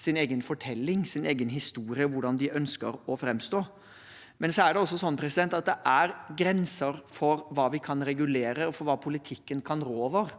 sin egen fortelling, sin egen historie og hvordan de ønsker å framstå. Det er også slik at det er grenser for hva vi kan regulere, og for hva politikken kan rå over.